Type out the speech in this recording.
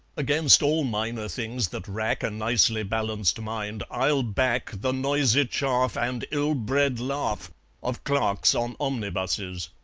against all minor things that rack a nicely-balanced mind, i'll back the noisy chaff and ill-bred laugh of clerks on omnibuses.